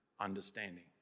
understanding